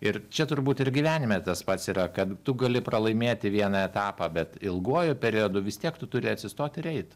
ir čia turbūt ir gyvenime tas pats yra kad tu gali pralaimėti vieną etapą bet ilguoju periodu vis tiek tu turi atsistot ir eit